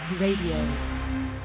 Radio